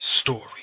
story